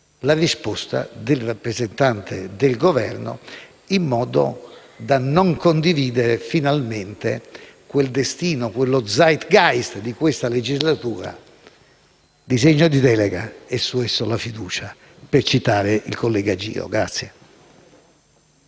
la risposta del rappresentante del Governo, in modo da non condividere finalmente il destino, lo *Zeitgeist* di questa legislatura: disegno di delega e su esso la fiducia, per citare il collega Giro.